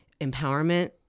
empowerment